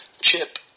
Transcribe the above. CHIP